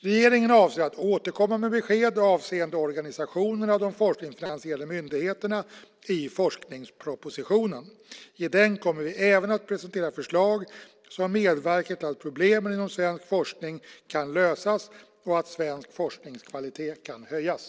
Regeringen avser att återkomma med besked avseende organisationen av de forskningsfinansierande myndigheterna i forskningspropositionen. I den kommer vi även att presentera förslag som medverkar till att problemen inom svensk forskning kan lösas och att svensk forskningskvalitet kan höjas.